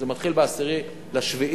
זה מתחיל ב-10 ביולי,